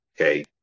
Okay